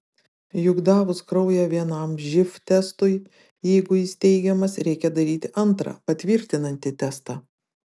juk davus kraują vienam živ testui jeigu jis teigiamas reikia daryti antrą patvirtinantį testą